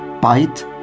Bite